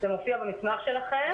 זה מופיע במסמך שלכם.